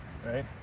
right